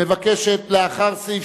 לאחרי סעיף